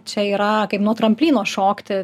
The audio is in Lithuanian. čia yra kaip nuo tramplyno šokti